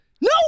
No